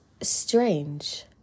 strange